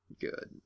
good